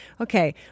Okay